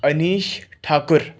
Anish Thakur